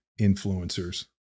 influencers